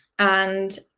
and